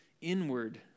inward